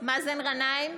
מאזן גנאים,